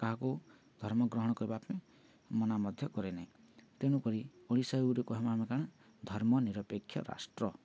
କାହାକୁ ଧର୍ମ ଗ୍ରହଣ କରିବା ପାଇଁ ମନା ମଧ୍ୟ କରେ ନାହିଁ ତେଣୁକରି ଓଡ଼ିଶାକୁ କହିବା ଆମେ କ'ଣ ଧର୍ମ ନିରପେକ୍ଷ ରାଷ୍ଟ୍ର